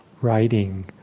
Writing